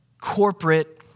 corporate